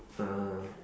ah